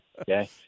okay